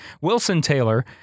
Wilson-Taylor